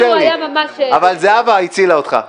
אבל זהבה הצילה אותך.